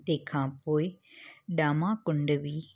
तंहिं खां पोइ ॾामाकुंड बि